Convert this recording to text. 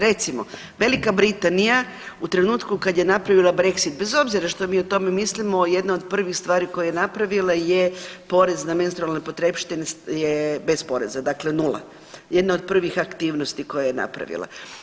Recimo, Velika Britanija u trenutku kada je napravila Brexit bez obzira što mi o tome mislimo jedna od prvih stvari koje je napravila je porez na menstrualne potrepštine je bez poreza dakle nula, jedna od prvih aktivnosti koje je napravila.